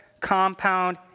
Compound